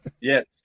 Yes